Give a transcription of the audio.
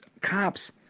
cops